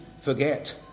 forget